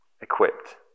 Equipped